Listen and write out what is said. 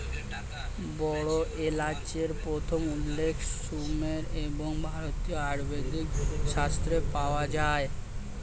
বড় এলাচের প্রথম উল্লেখ সুমের এবং ভারতীয় আয়ুর্বেদিক শাস্ত্রে পাওয়া যায়